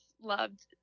loved